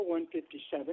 157